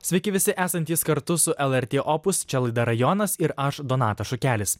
sveiki visi esantys kartu su lrt opus čia laida rajonas ir aš donatas šukelis